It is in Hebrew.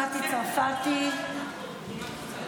מיארה היא דיקטטורית מס'